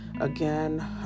Again